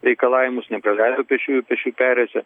reikalavimus nepraleido pėsčiųjų pėsčiųjų perėjoje